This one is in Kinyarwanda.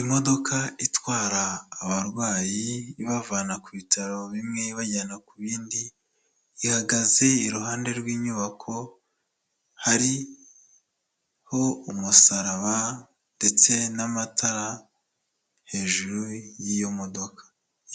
Imodoka itwara abarwayi ibavana ku bitaro bimwe ibajyana ku bindi, ihagaze iruhande rw'inyubako hariho umusaraba ndetse n'amatara hejuru y'iyo modoka,